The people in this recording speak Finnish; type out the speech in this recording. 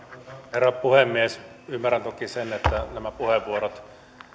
herra puhemies ymmärrän toki sen että nämä puheenvuorot